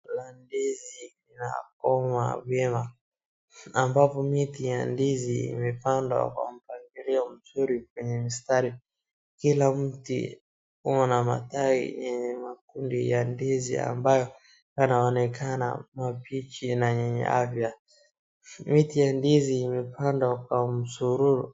Kuna ndizi imepandwa vyema ambapo miti ya ndizi imepandwa kwa mpangililio mzuri kwenye mistari. Kila miti una matawi yenye makundi ya ndizi ambayo yanaonekana mambichi na yenye afya miti ya ndizi imepandwa kwa msururu.